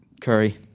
Curry